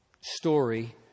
story